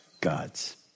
God's